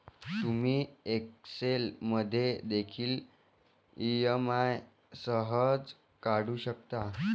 तुम्ही एक्सेल मध्ये देखील ई.एम.आई सहज काढू शकता